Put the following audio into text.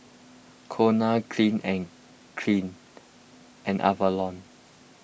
Cornell Clean and Clean and Avalon